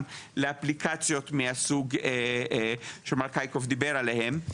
לאפליקציות מהסוג שמר קאיקוב דיבר עליהן.